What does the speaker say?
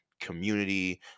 community